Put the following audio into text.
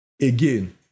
again